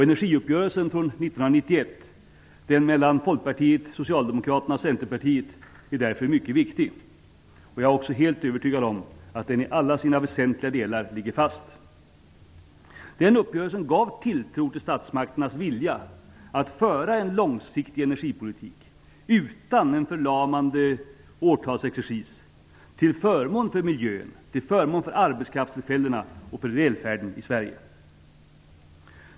Energiuppgörelsen från 1991, den mellan Folkpartiet, Socialdemokraterna och Centerpartiet, är mycket viktig. Jag är också helt övertygad om att den i alla sina väsentliga delar ligger fast. Den uppgörelsen gav tilltro till statsmakternas vilja att föra en långsiktig energipolitik utan en förlamande årtalsexercis, till förmån för miljön, till förmån för arbetstillfällena och för välfärden i Sverige.